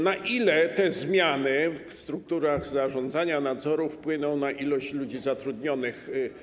Na ile te zmiany w strukturach zarządzania nadzoru wpłyną na liczbę ludzi zatrudnionych?